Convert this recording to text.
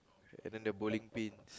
and then the bowling pins